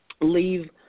leave